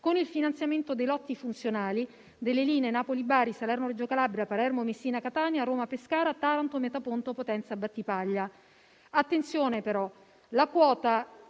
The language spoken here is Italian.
con il finanziamento dei lotti funzionali, delle linee Napoli-Bari, Salerno-Reggio Calabria, Palermo-Messina-Catania, Roma-Pescara e Taranto-Metaponto-Potenza-Battipaglia.